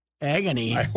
Agony